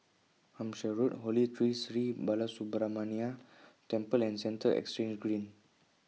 Hampshire Road Holy Tree Sri Balasubramaniar Temple and Central Exchange Green